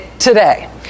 Today